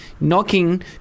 Knocking